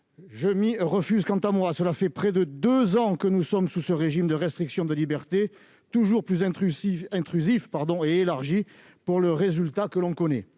m'y refuse. Cela fait près de deux ans que nous vivons sous ce régime de restriction des libertés, toujours plus intrusif et élargi, pour le résultat que l'on connaît.